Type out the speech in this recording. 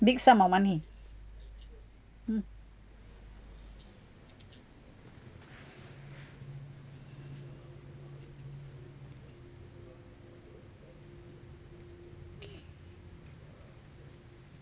big sum of money mm